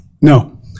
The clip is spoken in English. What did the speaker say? No